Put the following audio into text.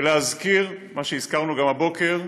ולהזכיר את מה שהזכרנו גם הבוקר.